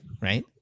right